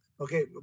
Okay